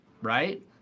right